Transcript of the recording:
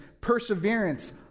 perseverance